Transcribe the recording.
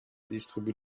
distribue